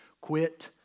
quit